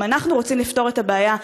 אם אנחנו רוצים לפתור את הבעיה,